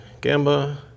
gamba